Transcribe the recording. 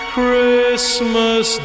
Christmas